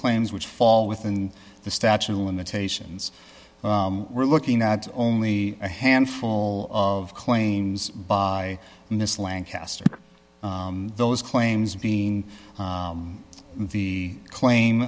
claims which fall within the statute of limitations we're looking at only a handful of claims by this lancastrian those claims being the claim